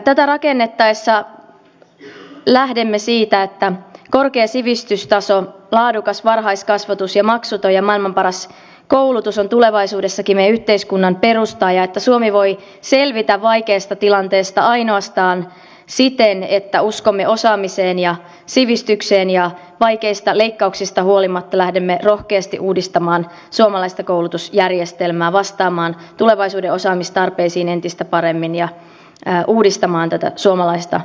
tätä rakennettaessa lähdemme siitä että korkea sivistystaso laadukas varhaiskasvatus ja maksuton ja maailman paras koulutus ovat tulevaisuudessakin meidän yhteiskuntamme perusta ja että suomi voi selvitä vaikeasta tilanteesta ainoastaan siten että uskomme osaamiseen ja sivistykseen ja vaikeista leikkauksista huolimatta lähdemme rohkeasti uudistamaan suomalaista koulutusjärjestelmää vastaamaan tulevaisuuden osaamistarpeisiin entistä paremmin ja uudistamaan tätä suomalaista yhteiskuntaamme